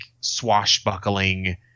swashbuckling